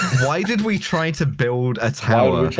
why did we try and to build a tower,